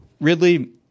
ridley